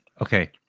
okay